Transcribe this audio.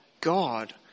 god